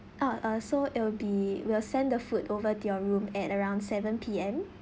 ah uh so it'll be we'll send the food over to your room at around seven P_M